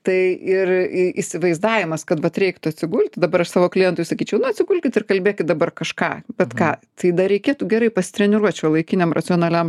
tai ir į įsivaizdavimas kad vat reiktų atsigulti dabar aš savo klientui sakyčiau na atsigulkit ir kalbėkit dabar kažką bet ką tai dar reikėtų gerai pasitreniruot šiuolaikiniam racionaliam